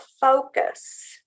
focus